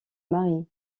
marie